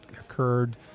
occurred